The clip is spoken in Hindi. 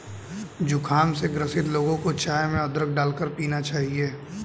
जुखाम से ग्रसित लोगों को चाय में अदरक डालकर पीना चाहिए